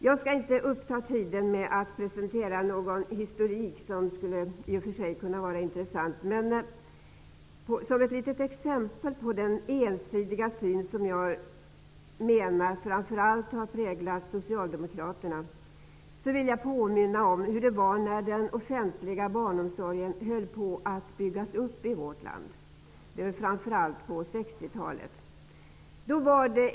Jag tänker inte uppta tiden med att presentera någon historik, som i och för sig kunde vara intressant, men som ett litet exempel på den ensidiga syn som jag menar framför allt har präglat socialdemokraterna vill jag påminna om hur det var när den offentliga barnomsorgen byggdes upp i vårt land. Det skedde framför allt under 1960-talet.